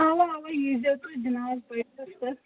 اَوا اَوا ییٖزیو تُہۍ جِنازٕ پٔرۍزیو تہٕ